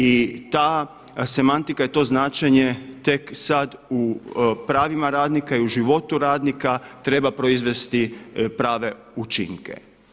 I ta semantika i to značenje tek sada u pravima radnika i u životu radnika treba proizvesti prave učinke.